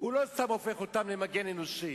הוא לא סתם הופך אותם למגן אנושי.